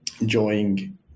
enjoying